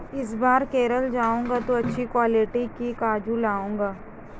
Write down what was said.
इस बार केरल जाऊंगा तो अच्छी क्वालिटी के काजू लाऊंगा